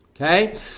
okay